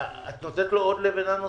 את נותנת לו עוד לבנה נוספת.